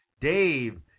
Dave